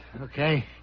okay